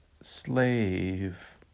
slave